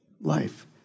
life